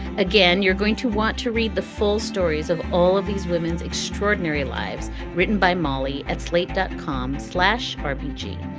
again, you're going to want to read the full stories of all of these women's extraordinary lives written by molly at slate dot com slash rpg.